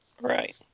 right